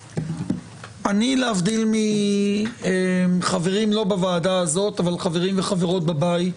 אני להבדיל מחברים לא בוועדה הזאת אבל חברים וחברות בבית,